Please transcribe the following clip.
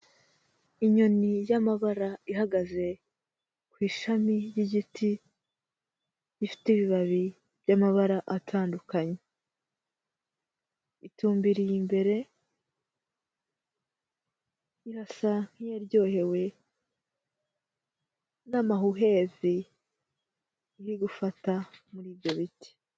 Inyoni y'amabara ihagaze ku ishami ry'igiti, ifite ibibabi by'amabara atandukanye, itumbiriye imbere, irasa nk'iyaryohewe n'amahuhwezi iri gufata muri ibyo biti.